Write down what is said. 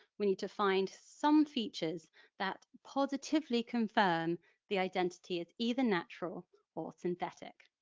we need to find some features that positively confirm the identity is either natural or synthetic.